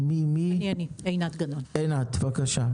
בבקשה.